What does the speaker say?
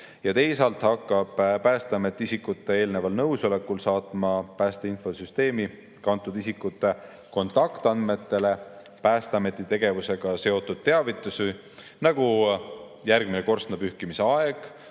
Teisalt hakkab Päästeamet isikute eelneval nõusolekul saatma päästeinfosüsteemi kantud isikute kontaktandmetele Päästeameti tegevusega seotud teavitusi, nagu järgmine korstnapühkimise